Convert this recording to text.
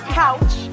couch